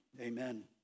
Amen